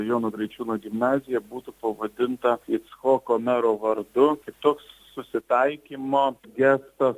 jono graičiūno gimnaziją būtų pavadinta icchoko mero vardu tai toks susitaikymo gestas